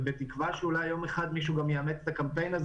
בתקווה שאולי יום אחד מישהו גם יאמץ את הקמפיין הזה